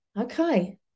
okay